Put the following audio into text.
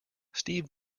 steve